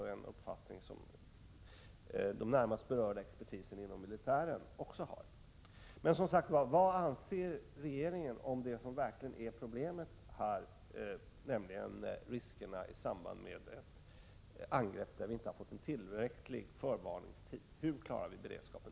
Den närmast berörda expertisen inom militären har alltså Vad anser regeringen om det verkliga problemet, nämligen riskerna i samband med ett angrepp utan förvarning i tillräckligt god tid? Hur klarar vi då beredskapen?